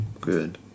good